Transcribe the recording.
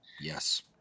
Yes